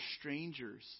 strangers